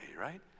right